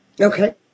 Okay